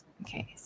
okay